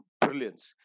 brilliance